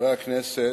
חברי הכנסת,